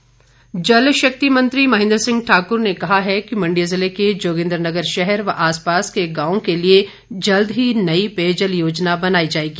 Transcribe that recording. महेंद्र सिंह जल शक्ति मंत्री महेंद्र सिंह ठाकर ने कहा है कि मंडी जिले के जोगिन्द्रनगर शहर व आसपास के गांव के लिए जल्द ही नई पेयजल योजना बनाई जाएगी